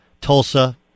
Tulsa